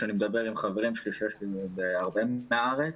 ואני מדבר עם הרבה מחבריי שגרים ברחבי הארץ,